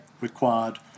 required